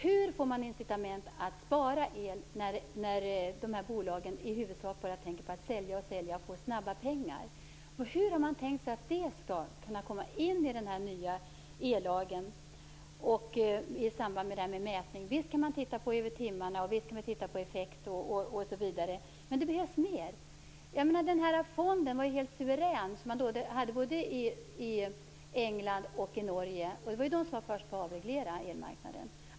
Hur får man incitament att spara el när bolagen i stort sett bara tänker på att sälja och få snabba pengar? Hur har man tänkt föra in något om detta i den nya ellagen i samband med frågan om mätning? Visst kan man se över timmar, effekt, osv., men det behövs mer! Den typ av fond som man hade i både England och Norge var helt suverän! De länderna var ju först med att avreglera elmarknaden.